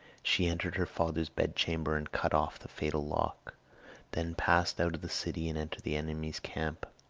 she entered her father's bedchamber and cut off the fatal lock then passed out of the city and entered the enemy's camp.